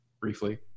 briefly